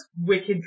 wicked